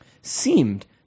seemed